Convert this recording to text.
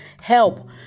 help